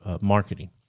marketing